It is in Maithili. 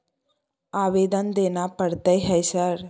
आवेदन देना पड़ता है सर?